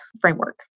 framework